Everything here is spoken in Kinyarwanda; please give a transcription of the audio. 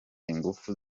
ingufu